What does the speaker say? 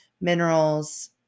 minerals